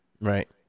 Right